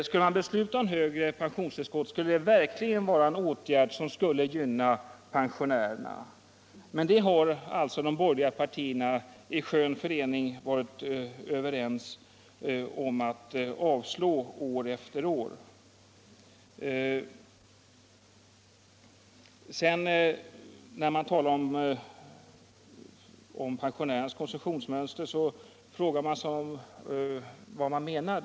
Skulle man besluta om högre pensionstillskott, skulle det verkligen vara en åtgärd som skulle gynna pensionärerna. Men det har alltså de borgerliga partierna i skön förening varit överens om att avslå år efter år. När det talas om pensionärernas konsumtionsmönster frågar man sig vad som menas.